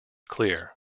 clear